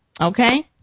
Okay